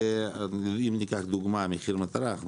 אם ניקח דוגמה מחיר מטרה,